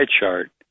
chart